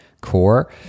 core